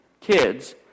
kids